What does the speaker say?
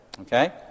Okay